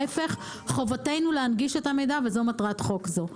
להיפך, חובתנו להנגיש את המידע, וזאת מטרת חוק זה.